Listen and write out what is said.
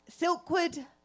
Silkwood